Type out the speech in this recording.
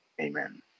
Amen